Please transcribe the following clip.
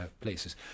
places